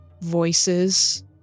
voices